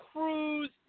Cruz